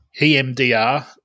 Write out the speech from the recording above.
EMDR